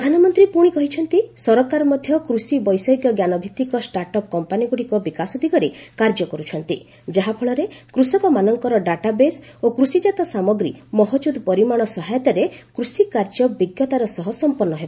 ପ୍ରଧାନମନ୍ତ୍ରୀ ପୁଣି କହିଛନ୍ତି ସରକାର ମଧ୍ୟ କୃଷି ବୈଷୟିକ ଜ୍ଞାନଭିତ୍ତିକ ଷ୍ଟାର୍ଟ ଅପ୍ କମ୍ପାନୀଗୁଡ଼ିକ ବିକାଶ ଦିଗରେ କାର୍ଯ୍ୟ କର୍ଛନ୍ତି ଯାହାଫଳରେ କୃଷକମାନଙ୍କର ଡାଟାବେସ୍ ଓ କୃଷିଜାତ ସାମଗ୍ରୀ ମହକୁଦ୍ ପରିମାଣ ସହାୟତାରେ କୃଷିକାର୍ଯ୍ୟ ବିଜ୍ଞତାର ସହ ସମ୍ପନ୍ନ ହେବ